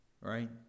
right